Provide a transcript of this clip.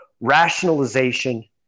rationalization